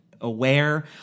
aware